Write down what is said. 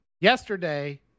Yesterday